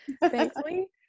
Thankfully